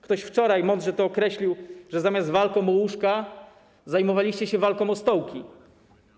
Ktoś wczoraj mądrze to określił, że zamiast walką o łóżka zajmowaliście się walką o stołki.